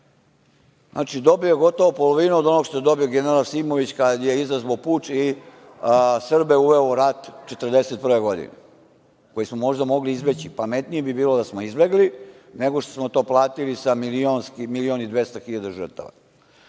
Znači, dobio je gotovo polovinu od onoga što je dobio general Simović kada je izazvao puč i Srbe uveo u rat 1941. godine, koji smo možda mogli izbeći. Pametnije bi bilo da smo izbegli nego što smo to platili sa 1.200.000 žrtava. Ali